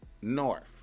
north